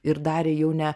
ir darė jau ne